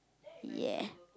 ya